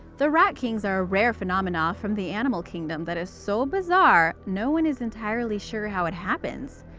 the rat kings are a rare phenomena from the animal kingdom that is so bizarre, no-one is entirely sure how it happens.